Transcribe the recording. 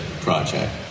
project